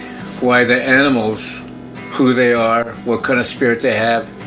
why the animals who they are, what kinda spirit they have,